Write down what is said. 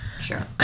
Sure